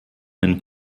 ein